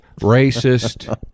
racist